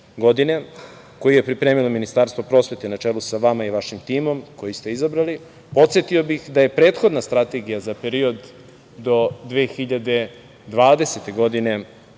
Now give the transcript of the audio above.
godine, koje je pripremilo Ministarstvo prosvete na čelu sa vama i vašim timom koji ste izabrali. Podsetio bih da je prethodna strategija za period do 2020. godine